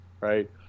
Right